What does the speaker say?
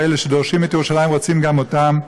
ואלה שדורשים את ירושלים רוצים גם אותן.